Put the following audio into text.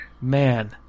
man